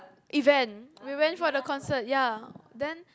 event we went for the concert ya then